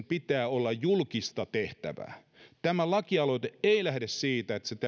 pitää olla julkista tehtävää tämä lakialoite ei lähde siitä että